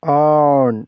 on